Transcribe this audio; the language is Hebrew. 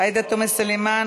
עאידה תומא סלימאן,